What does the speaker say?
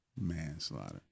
Manslaughter